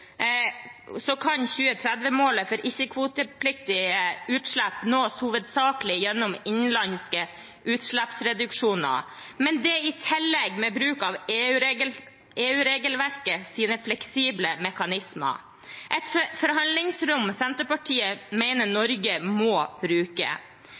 kan 2030-målet for ikke-kvotepliktige utslipp nås hovedsakelig gjennom innenlandske utslippsreduksjoner, men det kommer i tillegg til bruk av EU-regelverkets fleksible mekanismer, et forhandlingsrom Senterpartiet